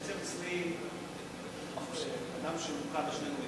ביקר אצלי אדם שמוכר לשנינו היטב,